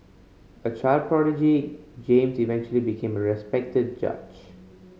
a child prodigy James eventually became a respected judge